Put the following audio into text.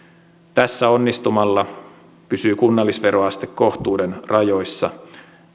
tässä onnistumalla pysyy kunnallisveroaste kohtuuden rajoissa